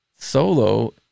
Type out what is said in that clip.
Solo